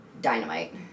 Dynamite